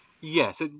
Yes